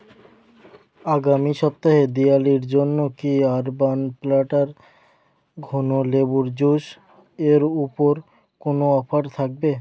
আগামী সপ্তাহে দিওয়ালির জন্য কি আরবান প্ল্যাটার ঘন লেবুর জুস এর উপর কোনো অফার থাকবে